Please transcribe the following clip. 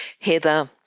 Heather